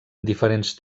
diferents